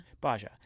baja